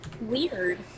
Weird